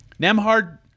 Nemhard